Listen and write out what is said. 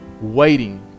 waiting